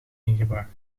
ingebracht